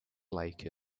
like